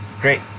great